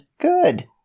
Good